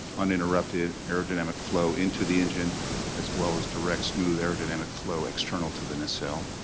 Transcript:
uninterrupted, aerodynamic flow into the engine as well as direct smooth aerodynamic flow external to the nacelle.